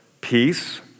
peace